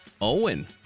Owen